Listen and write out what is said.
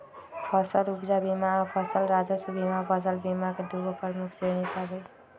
फसल उपजा बीमा आऽ फसल राजस्व बीमा फसल बीमा के दूगो प्रमुख श्रेणि सभ हइ